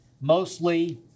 Mostly